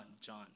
John